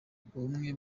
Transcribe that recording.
ubumwe